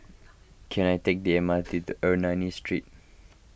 can I take the M R T to Ernani Street